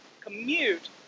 commute